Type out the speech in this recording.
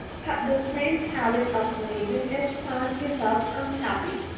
had the strange habit of sneezing each time he felt unhappy.